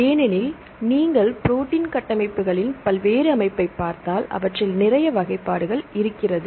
ஏனெனில் நீங்கள் ப்ரோடீன் கட்டமைப்புகளின் பல்வேறு அமைப்பைப் பார்த்தால் அவற்றில் நிறைய வகைப்பாடுகள் இருக்கிறது